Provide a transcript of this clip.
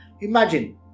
Imagine